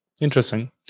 interesting